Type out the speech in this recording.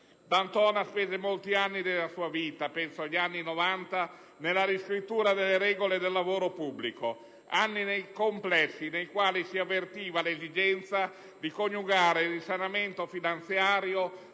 D'Antona spese molti anni della sua vita - penso agli anni '90 - nella riscrittura delle regole del lavoro pubblico; anni complessi nei quali si avvertiva l'esigenza di coniugare il risanamento finanziario